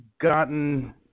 gotten